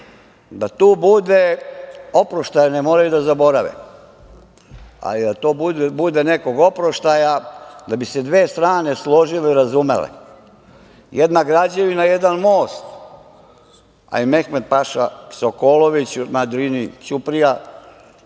da tu bude oproštaj, ne moraju da zaborave, ali da to bude nekog oproštaja, da bi se dve strane složile i razumele. Jedna građevina, jedan most, a Mehmed Paša Sokolović na Drini ćuprija,